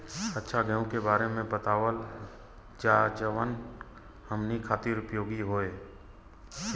अच्छा गेहूँ के बारे में बतावल जाजवन हमनी ख़ातिर उपयोगी होखे?